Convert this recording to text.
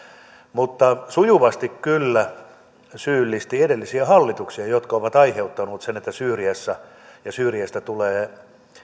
mutta sujuvasti kyllä syyllisti edellisiä hallituksia jotka ovat aiheuttaneet sen että syyriassa ja syyriasta tulee